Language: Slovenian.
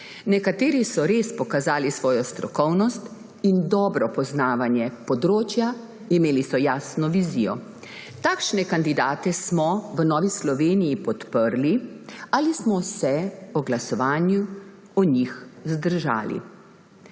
Nekateri so res pokazali svojo strokovnost in dobro poznavanje področja, imeli so jasno vizijo. Takšne kandidate smo v Novi Sloveniji podprli ali smo se pri glasovanju o njih zadržali.